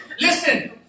Listen